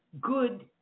good